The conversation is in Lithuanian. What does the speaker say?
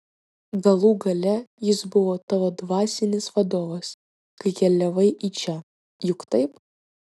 galų gale jis buvo tavo dvasinis vadovas kai keliavai į čia juk taip